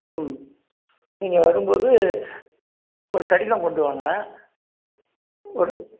ம் நீங்கள் வரும்போது ஒரு கடிதம் கொண்டு வாங்க ஒரு